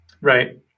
Right